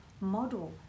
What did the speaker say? model